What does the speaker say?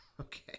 Okay